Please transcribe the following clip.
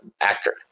actor